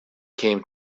came